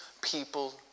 people